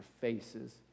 faces